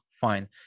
fine